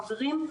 חברים,